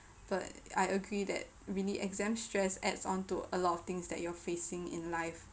but I agree that really exam stress adds on to a lot of things that you're facing in life